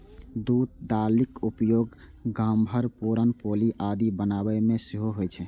तूर दालिक उपयोग सांभर, पुरन पोली आदि बनाबै मे सेहो होइ छै